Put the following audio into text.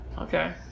Okay